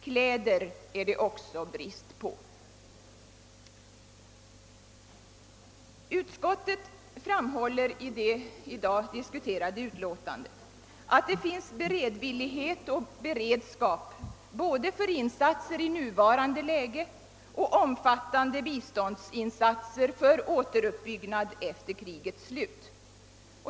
Kläder är det också brist på.» Utskottet framhåller att det finns beredvillighet och beredskap både för insatser i nuvarande läge och för omfat tande biståndsinsatser för återuppbyggnad efter krigets slut.